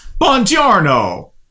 Buongiorno